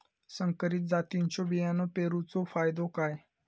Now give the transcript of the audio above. संकरित जातींच्यो बियाणी पेरूचो फायदो काय?